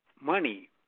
money